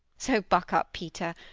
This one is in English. so buck up, peter!